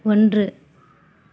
ஒன்று